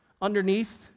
underneath